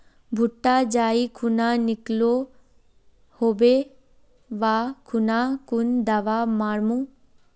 भुट्टा जाई खुना निकलो होबे वा खुना कुन दावा मार्मु?